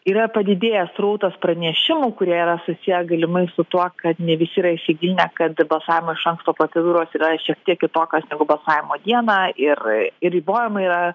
yra padidėjęs srautas pranešimų kurie yra susiję galimai su tuo kad ne visi yra įsigilinę kad balsavimo iš anksto procedūros yra šiek tiek kitokios balsavimo dieną ir ribojimai yra